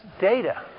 data